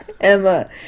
Emma